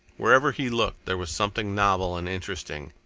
wherever he looked, there was something novel and interesting,